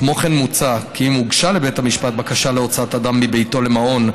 כמו כן מוצע כי אם הוגשה לבית המשפט בקשה להוצאת אדם מביתו למעון,